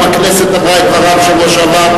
גם הכנסת אמרה את דברה בשבוע שעבר.